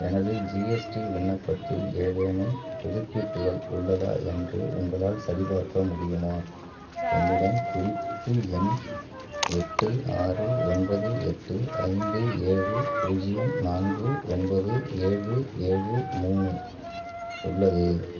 எனது ஜிஎஸ்டி விண்ணப்பத்தில் ஏதேனும் புதுப்பிப்புகள் உள்ளதா என்று உங்களால் சரிபார்க்க முடியுமா என்னிடம் குறிப்பு எண் எட்டு ஆறு ஒன்பது எட்டு ஐந்து ஏழு பூஜ்ஜியம் நான்கு ஒன்பது ஏழு ஏழு மூணு உள்ளது